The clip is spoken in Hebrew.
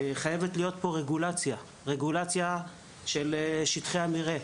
חייבת גם להיות פה רגולציה של שטחי המרעה.